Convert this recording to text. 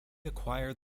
acquired